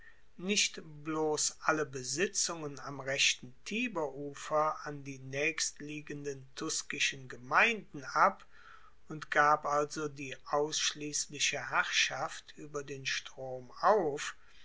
nicht bloss alle besitzungen am rechten tiberufer an die naechstliegenden tuskischen gemeinden ab und gab also die ausschliessliche herrschaft ueber den strom auf